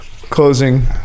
Closing